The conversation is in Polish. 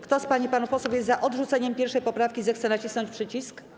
Kto z pań i panów posłów jest za odrzuceniem 1. poprawki, zechce nacisnąć przycisk.